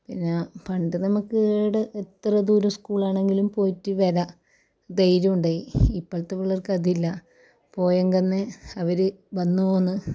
പിന്നെ പണ്ട് നമുക്ക് ഏടെ എത്ര ദൂരം സ്കൂളാണെങ്കിലും പോയിട്ട് വരാം ധൈര്യം ഉണ്ടായി ഇപ്പൾത്തെ പിള്ളാർക്ക് അതില്ല പോയങ്കന്നെ അവർ വന്നോന്ന്